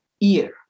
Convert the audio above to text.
ear